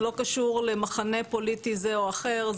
זה לא קשור למחנה פוליטי זה או אחר,